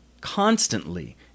constantly